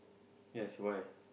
yes why